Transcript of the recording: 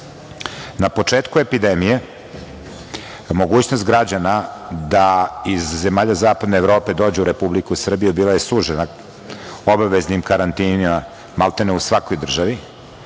na početku epidemije mogućnost građana da iz zemlja zapadne Evrope dođu u Republiku Srbiju, bila je sužena obaveznim karantinima maltene u svakoj državi